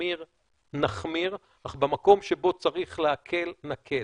להחמיר נחמיר, אך במקום שבו צריך להקל נקל.